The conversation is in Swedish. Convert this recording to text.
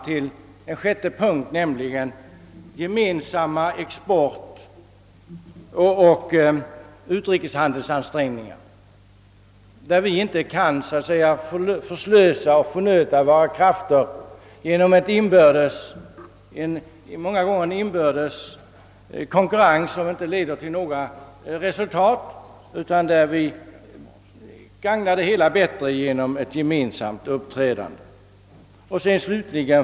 Den sjätte punkten gäller gemensamma exportoch utrikeshandelsansträngningar, där vi inte kan förslösa våra krafter genom en många gånger inbördes konkurrens, som inte leder till några resultat och där vi gagnar hela saken bättre genom ett gemensamt uppträdande.